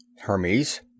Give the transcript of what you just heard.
Hermes